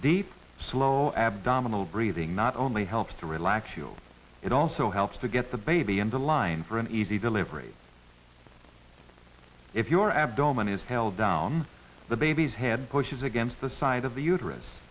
deep slow abdominal breathing not only helps to relax you it also helps to get the baby into line for an easy delivery if your abdomen is held down the baby's head pushes against the side of the uterus